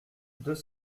deux